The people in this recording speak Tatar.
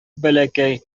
бәләкәй